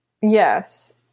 Yes